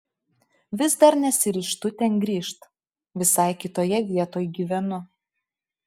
vis dar nesiryžtu ten grįžt visai kitoje vietoj gyvenu